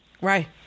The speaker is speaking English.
Right